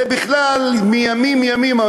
זה בכלל מימים ימימה,